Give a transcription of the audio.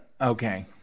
okay